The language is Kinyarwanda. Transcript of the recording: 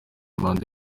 manda